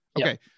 Okay